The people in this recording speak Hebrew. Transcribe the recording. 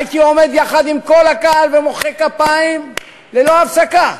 הייתי עומד יחד עם כל הקהל ומוחא כפיים ללא הפסקה.